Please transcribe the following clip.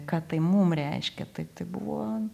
ką tai mum reiškia tai tai buvo